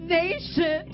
nation